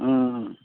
ம்